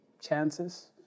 chances